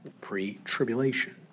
pre-tribulation